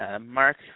Mark